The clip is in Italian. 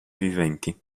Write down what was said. viventi